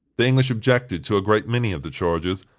the english objected to a great many of the charges,